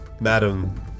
Madam